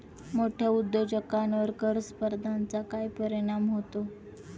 मोठ्या उद्योजकांवर कर स्पर्धेचा काय परिणाम होतो?